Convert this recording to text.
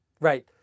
Right